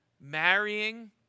marrying